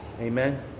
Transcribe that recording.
Amen